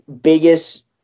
biggest